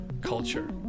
culture